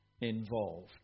involved